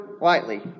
lightly